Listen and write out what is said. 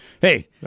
Hey